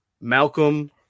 Malcolm